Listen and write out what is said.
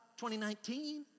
2019